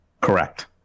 Correct